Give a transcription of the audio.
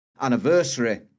anniversary